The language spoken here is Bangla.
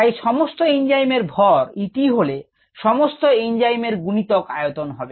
তাই সমস্ত এঞ্জাইম এর ভর E t হলে সমস্ত এঞ্জাইম এর গুনিতক আয়তন হবে